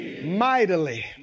mightily